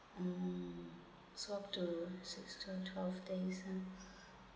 mm so to six to twelve days ha